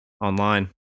online